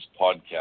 podcast